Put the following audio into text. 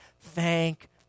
thank